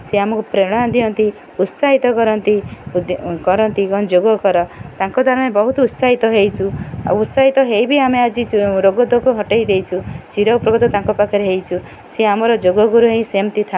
ସେ ଆମକୁ ପ୍ରେରଣା ଦିଅନ୍ତି ଉତ୍ସାହିତ କରନ୍ତି କରନ୍ତି କ'ଣ ଯୋଗ କର ତାଙ୍କ ଦ୍ୱାରା ବହୁତ ଉତ୍ସାହିତ ହୋଇଛୁ ଆଉ ଉତ୍ସାହିତ ହୋଇ ବି ଆମେ ଆଜି ଯେଉଁ ରୋଗ ତୋଗ ହଟାଇ ଦେଇଛୁ ଚିରୋପକୃତ ତାଙ୍କ ପାଖରେ ହୋଇଛୁ ସେ ଆମର ଯୋଗଗୁରୁ ହିଁ ସେମିତି ଥାଏ